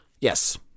Yes